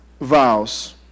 vows